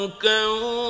Go